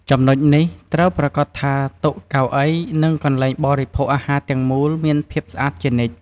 ចំណុចនេះត្រូវប្រាកដថា តុ កៅអី និងកន្លែងបរិភោគអាហារទាំងមូលមានភាពស្អាតជានិច្ច។